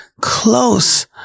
close